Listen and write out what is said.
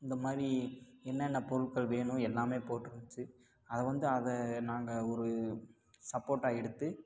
இந்தமாதிரி என்னென்ன பொருட்கள் வேணும் எல்லாமே போட்டிருந்துச்சி அதை வந்து அதை நாங்கள் ஒரு சப்போட்டாக எடுத்து